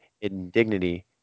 indignity